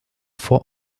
vor